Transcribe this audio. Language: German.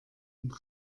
und